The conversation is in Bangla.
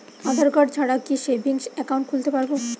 আধারকার্ড ছাড়া কি সেভিংস একাউন্ট খুলতে পারব?